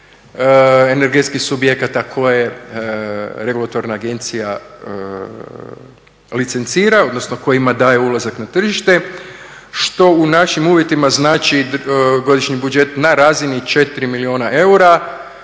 energetskih subjekata koje regulatorna agencija licencira, odnosno kojima daje ulazak na tržište što u našim uvjetima znači godišnji budžet na razini 4 milijuna eura.